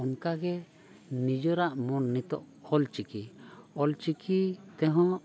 ᱚᱱᱠᱟᱜᱮ ᱱᱤᱡᱮᱨᱟᱜ ᱢᱚᱱ ᱱᱤᱛᱚᱜ ᱚᱞ ᱪᱤᱠᱤ ᱚᱞᱪᱤᱠᱤ ᱛᱮᱦᱚᱸ